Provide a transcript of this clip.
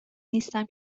نیستم